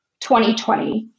2020